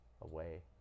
away